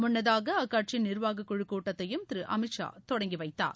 முன்னதாக அக்கட்சியின் நிர்வாகக் குழுக் கூட்டத்தையும் திரு அமித் ஷா தொடங்கி வைத்தார்